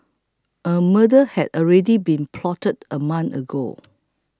a murder had already been plotted a month ago